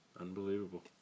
Unbelievable